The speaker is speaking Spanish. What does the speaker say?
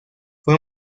fue